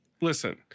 listen